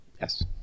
Yes